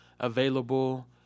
available